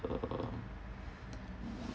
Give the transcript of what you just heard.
uh